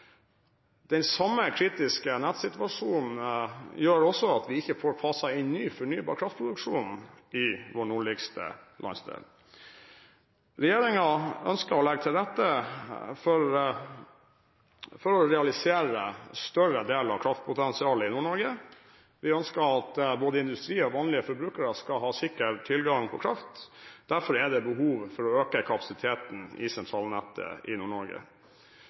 kritiske nettsituasjonen gjør at vi heller ikke får faset inn ny fornybar kraftproduksjon i vår nordligste landsdel. Regjeringen ønsker å legge til rette for å realisere en større del av kraftpotensialet i Nord-Norge. Vi ønsker at både industri og vanlige forbrukere skal ha sikker tilgang på kraft. Derfor er det behov for å øke kapasiteten i sentralnettet i